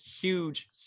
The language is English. huge